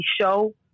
show